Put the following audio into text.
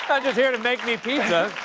here to make me pizza.